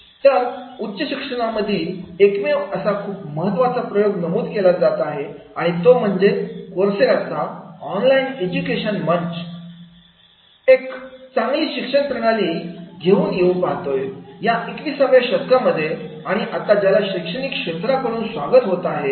तर उच्च शिक्षणामधील एकमेव असा खूप महत्त्वाचा प्रयोग नमूद केला जात आहे तो म्हणजे कोर्सेरा चा ऑनलाइन एज्युकेशन मंच एक सांगली शिक्षण प्रणाली घेऊन येऊ पाहतोय या एकविसाव्या शतकामध्ये आणि आता ज्याला शैक्षणिक क्षेत्राकडून स्वागत होत आहे